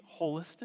holistic